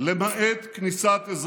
בתור יו"ר הסיעה הוא לא יכול להוציא אותם.